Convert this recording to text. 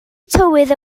tywydd